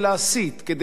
כדי לרמוס,